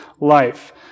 life